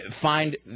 find